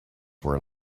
were